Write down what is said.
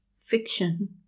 fiction